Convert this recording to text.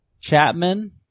Chapman